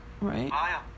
Right